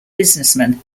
businessman